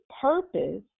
purpose